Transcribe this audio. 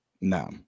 No